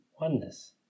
oneness